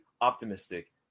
optimistic